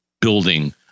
building